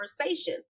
conversation